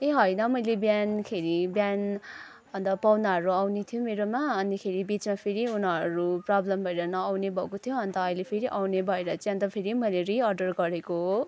ए होइन मैले बिहानखेरि बिहान अन्त पाहुनाहरू आउने थियो मेरोमा अनिखेरि बिचमा फेरि उनीहरू प्रब्लम भएर नअउने भएको थियो अन्त अहिले फेरि आउने भएर चाहिँ अन्त फेरि मैले रिअर्डर गरेको हो